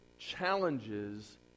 challenges